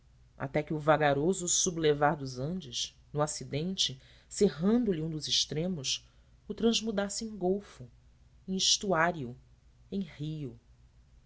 até que o vagaroso sublevar dos andes no ocidente serrando lhe um dos extremos o transmudasse em golfo em estuário em rio